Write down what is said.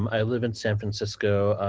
um i live in san francisco.